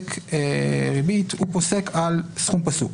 פוסק ריבית הוא פוסק על סכום פסוק.